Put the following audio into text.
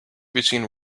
between